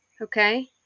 Okay